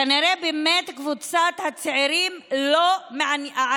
כנראה באמת קבוצת הצעירים הערבים